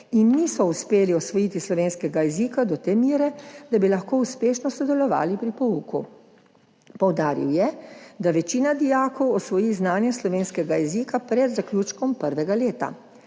jim ni uspelo usvojiti slovenskega jezika do te mere, da bi lahko uspešno sodelovali pri pouku. Poudaril je, da večina dijakov usvoji znanje slovenskega jezika pred zaključkom prvega leta.